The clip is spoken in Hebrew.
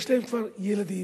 יש להן כבר ילדים,